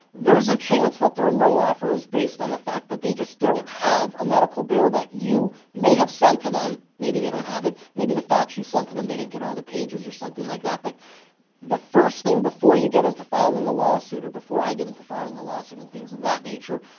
there's a chance that their low offer is based on the fact that they just don't have a medical bill that you may have sent to them, maybe they don't have it. maybe the fax you sent to them, they didn't get all the pages or something like that. but the first thing, before you get into filing a lawsuit or before i get into filing a lawsuit and things of that nature,